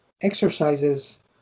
exercises